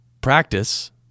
practice